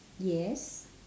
yes